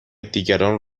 دیگران